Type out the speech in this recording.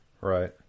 Right